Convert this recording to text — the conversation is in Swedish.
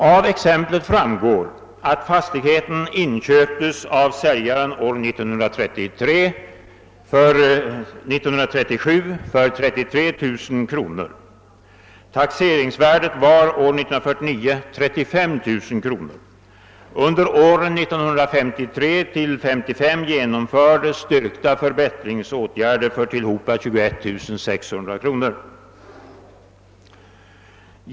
Av exemplet framgår att fastigheten inköptes av säljaren år 1937 för 33 000 kronor. Taxeringsvärdet var år 1949 35000 kronor. Under åren 1953—1955 genomfördes styrkta förbättringsåtgärder för tillsammans 21600 kronor.